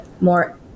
more